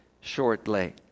shortly